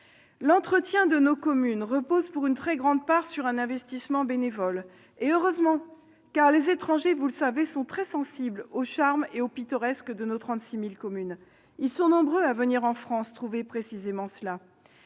L'entretien de nos communes repose, pour une très grande part, sur un investissement bénévole. Et heureusement ! Car les étrangers, vous le savez, sont très sensibles au charme et au pittoresque de nos 36 000 communes. Ils sont nombreux à venir en France trouver précisément cela.